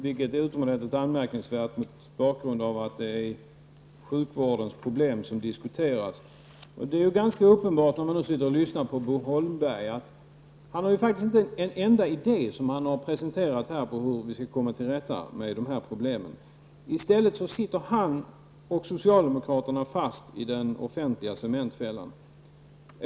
Det är utomordentligt anmärkningsvärt mot bakgrund av att det är sjukvårdens problem som diskuteras. När man lyssnar på Bo Holmberg är det uppenbart att han faktiskt inte har presenterat en enda idé om hur vi skall komma till rätta med de här problemen. I stället sitter han och socialdemokratin fast i den offentliga cementfällan.